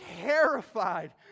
terrified